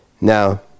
Now